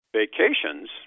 vacations